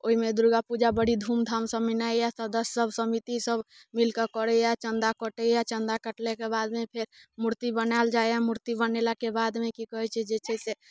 ओहिमे दुर्गा पूजा बड़ी धूमधाम सँ मनैया सदस्य सब समिति सब मिलके करैया चंदा कटैया चंदा कटलाके बादमे फेर मूर्ति बनायल जाइए मूर्ति बनेलाके बादमे की कहैत छै जे छै से